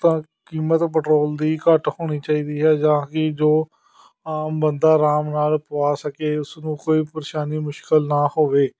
ਤਾਂ ਕੀਮਤ ਪੈਟਰੋਲ ਦੀ ਘੱਟ ਹੋਣੀ ਚਾਹੀਦੀ ਹੈ ਤਾਂ ਕਿ ਜੋ ਆਮ ਬੰਦਾ ਆਰਾਮ ਨਾਲ਼ ਪਵਾ ਸਕੇ ਉਸਨੂੰ ਕੋਈ ਪਰੇਸ਼ਾਨੀ ਮੁਸ਼ਕਿਲ ਨਾ ਹੋਵੇ